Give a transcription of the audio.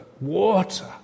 water